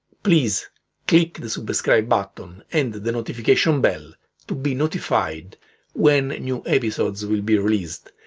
please click the subscribe button and the notification bell to be notified when new episodes will be released.